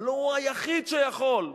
אבל הוא היחיד שיכול.